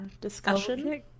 discussion